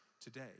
today